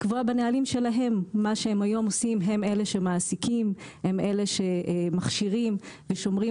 הם אלה שמעסיקים והם אלה שמכשירים ושומרים